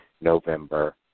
November